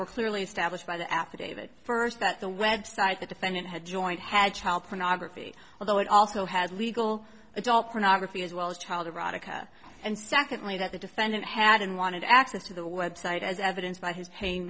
were clearly established by the affidavit first that the website the defendant had joint had child pornography although it also has legal adult pornography as well as child erotica and secondly that the defendant hadn't wanted access to the website as evidence by his payin